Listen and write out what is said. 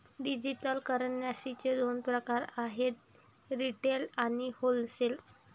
digital करन्सीचे दोन प्रकार आहेत रिटेल आणि होलसेल